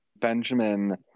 Benjamin